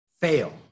fail